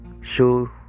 show